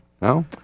No